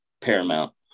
paramount